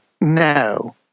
no